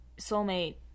soulmate